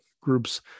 groups